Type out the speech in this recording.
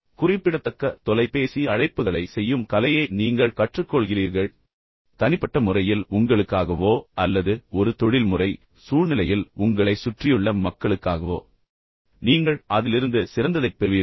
எனவே குறிப்பிடத்தக்க தொலைபேசி அழைப்புகளை செய்யும் கலையை நீங்கள் கற்றுக்கொள்கிறீர்கள் பின்னர் தனிப்பட்ட முறையில் உங்களுக்காகவோ அல்லது ஒரு தொழில்முறை சூழ்நிலையில் உங்களைச் சுற்றியுள்ள மக்களுக்காகவோ நீங்கள் அதிலிருந்து சிறந்ததைப் பெறுவீர்கள்